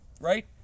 right